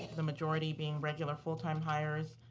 the majority being regular full-time hires,